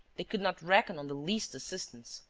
they could not reckon on the least assistance.